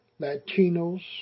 Latinos